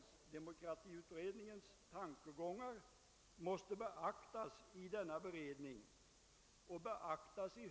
Omorganisationen beräknas ske den 1 juli 1971.